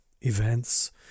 events